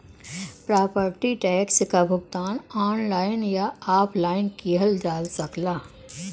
property tax क भुगतान online या ऑफलाइन किहल जा सकला